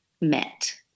met